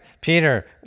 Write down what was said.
Peter